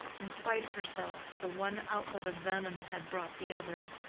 in spite of herself, the one outlet of venom had brought the other.